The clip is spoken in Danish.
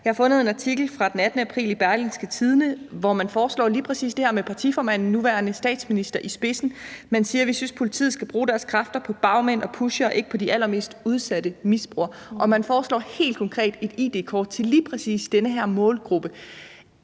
Jeg har fundet en artikel fra den 18. april i Berlingske, hvor man foreslår lige præcis det her med partiformanden, den nuværende statsminister, i spidsen. Man siger, at man synes, at politiet skal bruge sine kræfter på bagmænd og pushere og ikke på de allermest udsatte misbrugere. Og man foreslår helt konkret et id-kort til lige præcis den her målgruppe.